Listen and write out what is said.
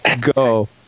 Go